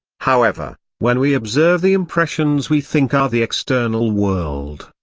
however, when we observe the impressions we think are the external world,